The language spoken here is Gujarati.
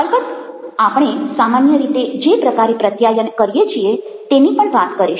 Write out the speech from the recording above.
અલબત્ત આપણે સામાન્ય રીતે જે પ્રકારે પ્રત્યાયન કરીએ છીએ તેની પણ વાત કરીશ